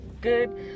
good